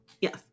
Yes